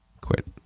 quit